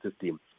system